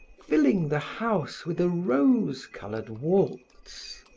filling the house with a rose-colored waltz.